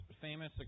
famous